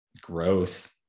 growth